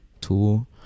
tool